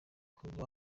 kuba